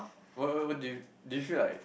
what what what do you do you feel like